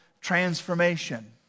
transformation